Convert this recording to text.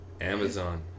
Amazon